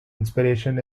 inspiration